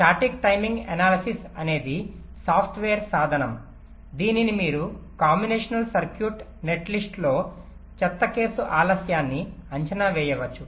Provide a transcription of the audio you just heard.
static timing analysis అనేది software సాధనం దీనిని మీరు కాంబినేషన్ సర్క్యూట్ నెట్లిస్ట్లో చెత్త కేసు ఆలస్యాన్ని అంచనా వేయవచ్చు